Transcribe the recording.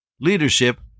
leadership